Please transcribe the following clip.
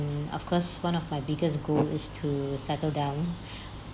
of course one of my biggest goal is to settle down